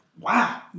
wow